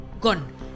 gone